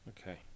okay